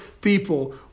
people